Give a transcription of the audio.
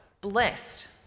blessed